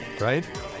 right